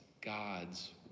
God's